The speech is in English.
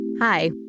Hi